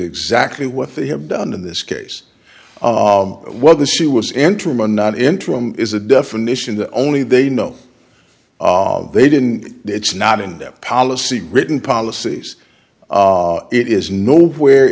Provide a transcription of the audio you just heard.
exactly what they have done in this case what the she was interim and not interim is a definition that only they know they didn't it's not in their policy written policies it is nowhere